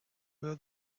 will